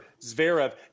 Zverev